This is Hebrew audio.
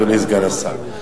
אדוני סגן השר.